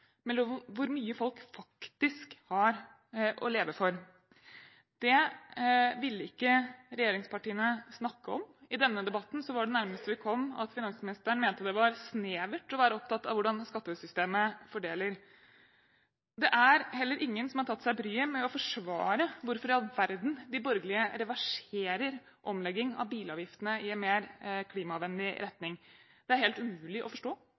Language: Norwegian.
redusert forskjellene på hvor mye folk faktisk har å leve for. Det ville ikke regjeringspartiene snakke om. I denne debatten var det nærmeste vi kom, at finansministeren mente det var snevert å være opptatt av hvordan skattesystemet fordeler. Det er heller ingen som har tatt seg bryet med å forsvare hvorfor i all verden de borgerlige reverserer omleggingen av bilavgiftene, som gikk i en mer klimavennlig retning. Det er det helt umulig å forstå